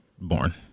born